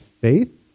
faith